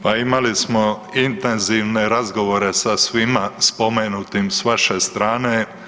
Pa imali smo intenzivne razgovore sa svima spomenutim sa vaše strane.